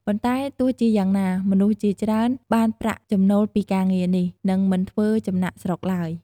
ប៉ុន្តែទោះជាយ៉ាងណា មនុស្សជាច្រើនបានប្រាក់ចំណូលពីការងារនេះ នឹងមិនធ្វើចំណាកស្រុកឡើយ។